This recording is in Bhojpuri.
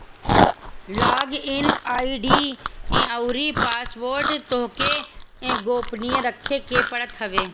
लॉग इन आई.डी अउरी पासवोर्ड तोहके गोपनीय रखे के पड़त हवे